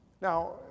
Now